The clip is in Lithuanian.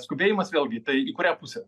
skubėjimas vėlgi tai į kurią pusę